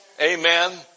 Amen